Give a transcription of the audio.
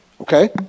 Okay